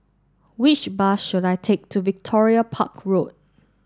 which bus should I take to Victoria Park Road